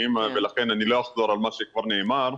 ולכן אני לא אחזור על מה שכבר נאמר,